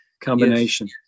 combination